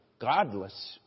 godless